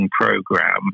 program